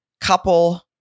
couple